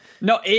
No